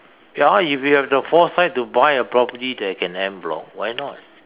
ya if you have the foresight to buy a property that it can en-bloc why not